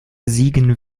siegen